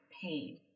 pain